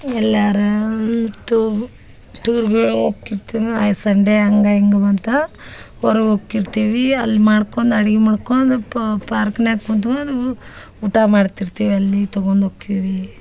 ಎಲ್ಲಾರ ಟೂರ್ ಹೋಕಿರ್ತೀವಿ ಸಂಡೇ ಹಂಗ ಹಿಂಗ್ ಬಂತ ಹೊರಗೋಕ್ ಇರ್ತೀವಿ ಅಲ್ಲಿ ಮಾಡ್ಕೊಂದ್ ಅಡ್ಗಿ ಮಾಡ್ಕೊಂದು ಪಾರ್ಕ್ನ್ಯಾಗ ಕುಂತ್ಕೊಂದು ಊಟ ಮಾಡ್ತಿರ್ತೀವಿ ಅಲ್ಲಿ ತಗೊಂದ ಹೋಕ್ಕೀವಿ